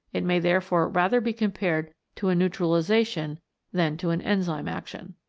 it may therefore rather be compared to a neutralisation than to an enzyme action.